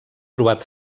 trobat